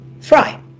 fry